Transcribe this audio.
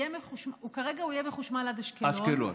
כרגע הוא יהיה מחושמל עד אשקלון,